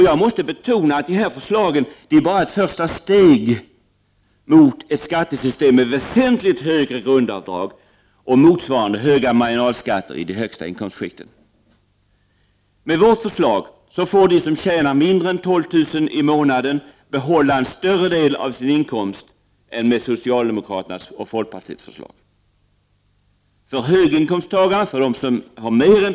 Jag måste betona att dessa förslag endast är ett första steg mot ett skattesystem med väsentligt högre grundavdrag och motsvarande höga marginalskatter i de högsta inkomstskikten. Med vårt förslag får de som tjänar mindre än 12000 kr. i månaden behålla en större del av sin inkomst än med socialdemokraternas och folkpartiets förslag.